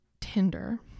Tinder